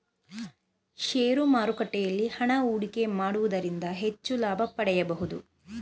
share ಮಾರುಕಟ್ಟೆಯಲ್ಲಿ ಹಣ ಹೂಡಿಕೆ ಮಾಡುವುದರಿಂದ ಹೆಚ್ಚು ಲಾಭ ಪಡೆಯಬಹುದು